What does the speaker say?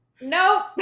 nope